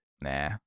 Nah